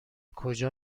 کجا